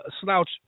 slouch